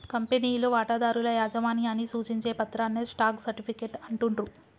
కంపెనీలో వాటాదారుల యాజమాన్యాన్ని సూచించే పత్రాన్నే స్టాక్ సర్టిఫికేట్ అంటుండ్రు